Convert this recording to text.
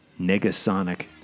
Negasonic